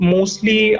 Mostly